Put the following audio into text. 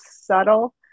subtle